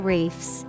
Reefs